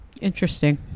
Interesting